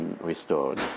restored